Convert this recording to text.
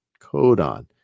Codon